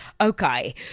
Okay